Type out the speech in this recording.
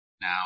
Now